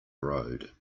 road